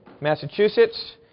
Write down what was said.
Massachusetts